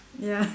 ya